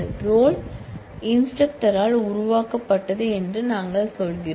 role இன்ஸ்டிரக்டரால் உருவாக்கப்பட்டது என்று நாங்கள் சொல்கிறோம்